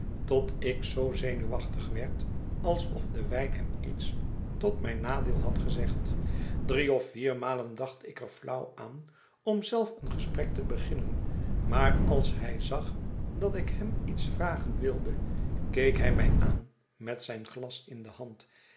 tot ik zoo zenuwachtig werd alsof de wijn hem iets tot mijn nadeel had gezegd drie of viermalen dacht ik er flauw aan om zelf een gesprek te beginnen maar als hij zag dat ik hem iets vragen wilde keek hij mij aan met zijn glas in de hand